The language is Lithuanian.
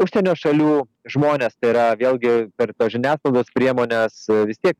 užsienio šalių žmones tai yra vėlgi per tos žiniasklaidos priemones vis tiek